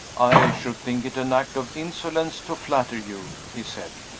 should think it an act of insolence to flatter you, he said.